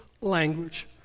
language